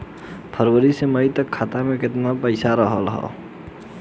फरवरी से मई तक खाता में केतना पईसा रहल ह?